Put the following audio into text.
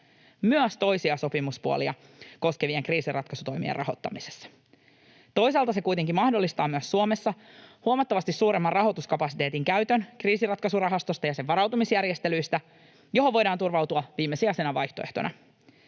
myös toisia sopimuspuolia koskevien kriisinratkaisutoimien rahoittamisessa. Toisaalta se kuitenkin mahdollistaa myös Suomessa huomattavasti suuremman rahoituskapasiteetin käytön kriisinratkaisurahastosta ja sen varautumisjärjestelystä, johon voidaan turvautua viimesijaisena vaihtoehtona.